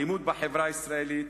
האלימות בחברה הישראלית